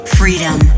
freedom